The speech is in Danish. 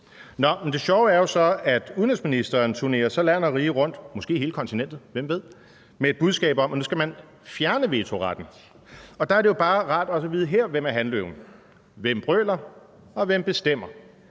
Det sjove er jo så, at udenrigsministeren så turnerer land og rige rundt, måske hele kontinentet, hvem ved, med et budskab om, at man nu skal fjerne vetoretten. Der er det jo bare rart at vide, hvem der er hanløven her. Hvem brøler, og hvem bestemmer?